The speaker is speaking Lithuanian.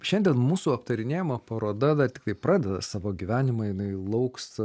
šiandien mūsų aptarinėjama paroda tik pradeda savo gyvenimą jinai lauks